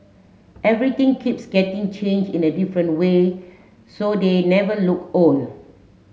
everything keeps getting changed in a different way so they never look old